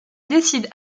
décide